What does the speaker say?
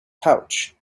pouch